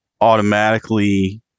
automatically